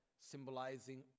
symbolizing